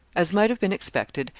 as might have been expected,